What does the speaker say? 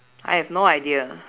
I have no idea